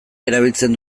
erabiltzen